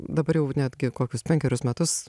dabar jau netgi kokius penkerius metus